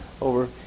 over